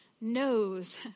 knows